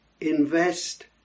invest